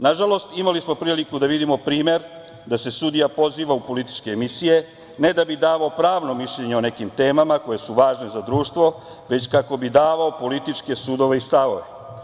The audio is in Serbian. Nažalost, imali smo priliku da vidimo primer da se sudija poziva u političke emisije, ne da bi davao pravno mišljenje o nekim temama koje su važne za društvo, već kako bi davao političke sudove i stavove.